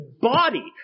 body